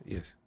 Yes